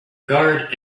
guard